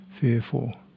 fearful